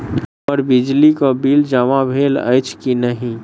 हम्मर बिजली कऽ बिल जमा भेल अछि की नहि?